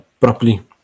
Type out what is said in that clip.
properly